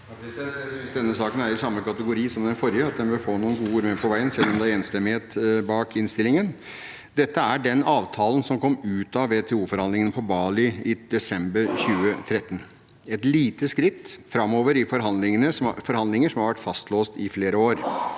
Jeg synes denne saken er i samme kategori som den forrige – at den bør få noen gode ord med på veien selv om det er enstemmighet bak innstillingen. Dette er den avtalen som kom ut av WTO-forhandlingene på Bali i desember 2013 – et lite skritt framover i forhandlinger som har vært fastlåst i flere år,